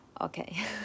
Okay